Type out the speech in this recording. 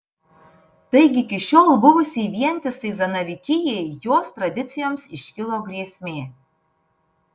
taigi iki šiol buvusiai vientisai zanavykijai jos tradicijoms iškilo grėsmė